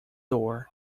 door